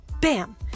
Bam